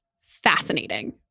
fascinating